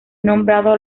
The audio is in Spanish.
nombrado